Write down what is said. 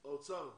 האוצר,